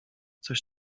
coś